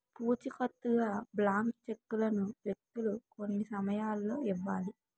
పూచికత్తుగా బ్లాంక్ చెక్కులను వ్యక్తులు కొన్ని సమయాల్లో ఇవ్వాలి